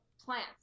plants